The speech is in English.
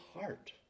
heart